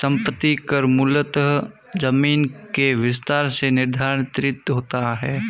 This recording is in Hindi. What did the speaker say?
संपत्ति कर मूलतः जमीन के विस्तार से निर्धारित होता है